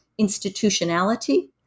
institutionality